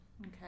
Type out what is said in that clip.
Okay